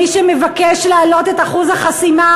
מי שמבקש להעלות את אחוז החסימה,